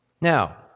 now